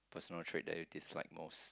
personal trait that you dislike most